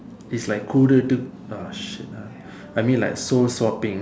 is like கூடுட்டு:kuudutdu ah shit ah I mean like soul swapping